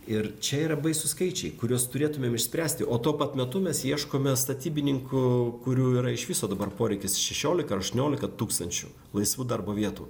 ir čia yra baisūs skaičiai kuriuos turėtumėm išspręsti o tuo pat metu mes ieškome statybininkų kurių yra iš viso dabar poreikis šešiolika ar aštuoniolika tūkstančių laisvų darbo vietų